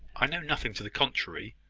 i know nothing to the contrary.